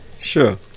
sure